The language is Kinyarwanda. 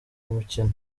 mukino